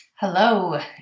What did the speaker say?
Hello